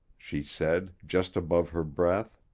she said, just above her breath.